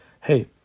hey